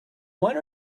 one